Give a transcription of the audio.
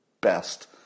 best